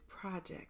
project